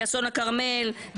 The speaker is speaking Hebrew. אסון הכרמל,